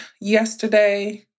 yesterday